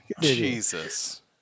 Jesus